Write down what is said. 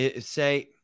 say –